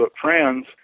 friends